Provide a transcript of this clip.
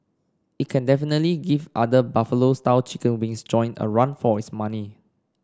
it can definitely give other Buffalo style chicken wings joint a run for its money